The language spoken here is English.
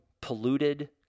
polluted